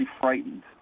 frightened